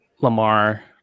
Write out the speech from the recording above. lamar